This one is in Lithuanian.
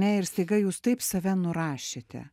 ne ir staiga jūs taip save nurašėte